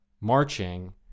marching